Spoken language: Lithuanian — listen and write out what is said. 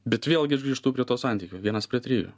bet vėlgi aš grįžtu prie to santykio vienas prie trijų